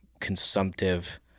consumptive